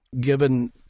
given